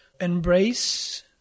embrace